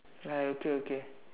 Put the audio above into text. ya okay okay